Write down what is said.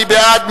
מי בעד?